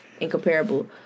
incomparable